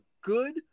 good